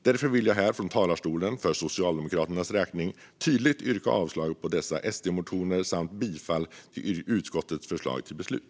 Därför vill jag här från talarstolen, för Socialdemokraternas räkning, tydligt yrka avslag på dessa SD-motioner samt bifall till utskottets förslag till beslut.